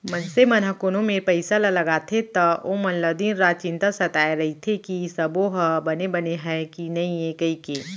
मनसे मन ह कोनो मेर पइसा ल लगाथे त ओमन ल दिन रात चिंता सताय रइथे कि सबो ह बने बने हय कि नइए कइके